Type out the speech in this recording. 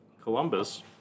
Columbus